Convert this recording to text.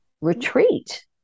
retreat